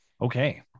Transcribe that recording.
Okay